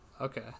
Okay